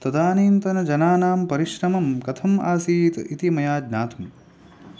तदानीन्तनजनानां परिश्रमं कथम् आसीत् इति मया ज्ञातम्